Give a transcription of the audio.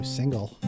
single